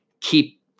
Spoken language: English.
keep